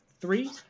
three